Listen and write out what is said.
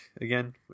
again